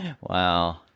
Wow